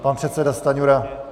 Pan předseda Stanjura.